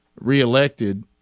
reelected